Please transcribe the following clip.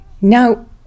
Now